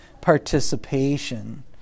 participation